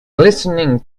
listening